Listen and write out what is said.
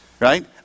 Right